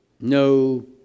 no